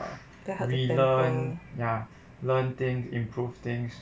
help to be better